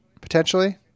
potentially